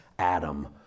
Adam